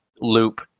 loop